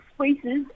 spaces